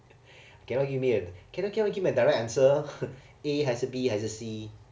cannot give me a cannot cannot give me a direct answer A 还是 B 还是 C